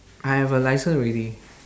I have a licence already